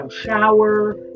shower